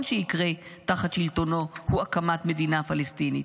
שיקרה תחת שלטונו הוא הקמת מדינה פלסטינית.